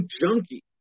junkie